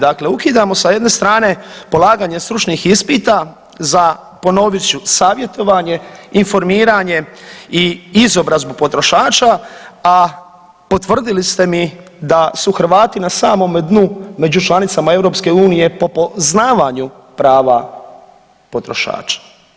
Dakle, ukidamo sa jedne strane polaganje stručnih ispita za ponovit ću savjetovanje, informiranje i izobrazbu potrošača, a potvrdili ste mi da su Hrvati na samome dnu među članicama EU po poznavanju prava potrošača.